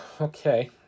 Okay